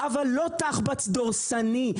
אבל לא תחב"צ דורסני,